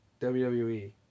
WWE